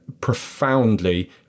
profoundly